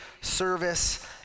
service